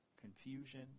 confusion